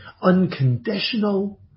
unconditional